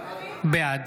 בעד